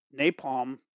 napalm